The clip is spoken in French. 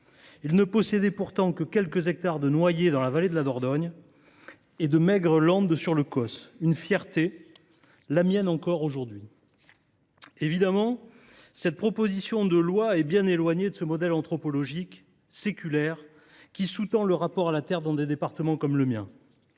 Il ne possédait pourtant que quelques hectares de noyers dans la vallée de la Dordogne et de maigres landes sur le causse. Une fierté ! La mienne encore aujourd’hui. Évidemment, cette proposition de loi est bien éloignée de ce modèle anthropologique, séculaire, qui sous tend le rapport à la terre dans des départements comme le mien.